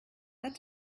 that